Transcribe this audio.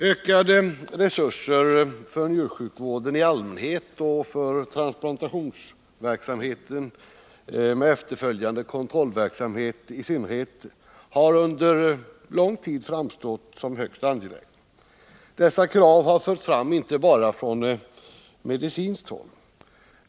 Ökade resurser för njursjukvård i allmänhet och för transplantationsverksamhet med efterföljande kontrollverksamhet i synnerhet har under lång tid framstått som högst angeläget. Dessa krav har förts fram inte bara från medicinskt håll.